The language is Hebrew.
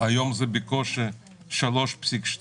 היום זה בקושי 3.2,